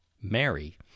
Mary